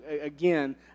again